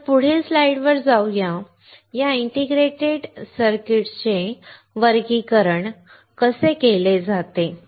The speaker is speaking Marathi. तर पुढील स्लाइडवर जाऊ या या इंटिग्रेटेड सर्किट चे वर्गीकरण कसे केले जाते